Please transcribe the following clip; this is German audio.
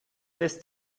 lässt